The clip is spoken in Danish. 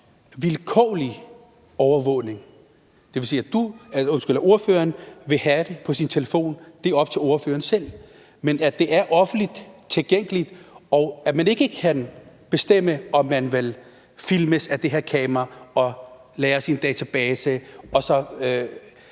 vilkårlig overvågning? Om ordføreren vil have det på sin telefon, er op til ordføreren selv, men når det er offentligt tilgængeligt, kan man ikke selv bestemme, om man vil filmes af det her kamera og så blive lagret